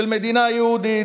של מדינה יהודית,